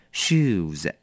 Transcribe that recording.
shoes